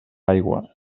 aigua